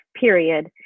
period